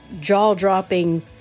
jaw-dropping